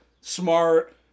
smart